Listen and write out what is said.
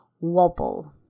wobble